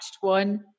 one